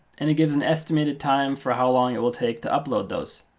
and it gives an estimated time for how long it will take to upload those.